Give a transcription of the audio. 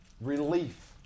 Relief